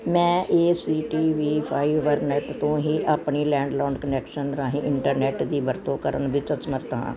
ਮੈਂ A C T ਵੀ Fibernet ਤੋਂ ਹੀ ਆਪਣੇ ਲੈਂਡਲੋਂਡ ਕੁਨੈਕਸ਼ਨ ਰਾਹੀਂ ਇੰਟਰਨੈੱਟ ਦੀ ਵਰਤੋਂ ਕਰਨ ਵਿੱਚ ਅਸਮਰੱਥ ਹਾਂ